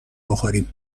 بخوریم